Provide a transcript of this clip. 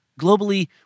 Globally